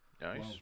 Nice